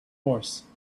horse